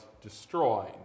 destroyed